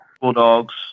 Bulldogs